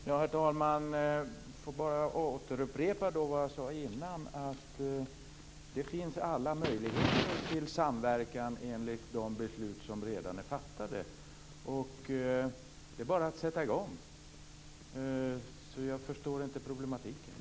Herr talman! Jag får bara upprepa vad jag sade tidigare, att det finns alla möjligheter till samverkan enligt de beslut som redan är fattade. Det är bara att sätta i gång. Jag förstår inte problematiken.